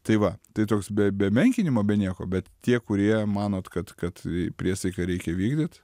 tai va tai toks be be menkinimo be nieko bet tie kurie manot kad kad priesaiką reikia vykdyt